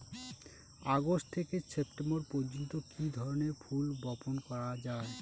August থেকে September পর্যন্ত কি ধরনের ফুল বপন করা যায়?